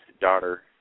Daughter